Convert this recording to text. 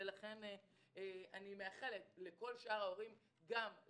אני מאחלת לכל שאר ההורים גם ליהנות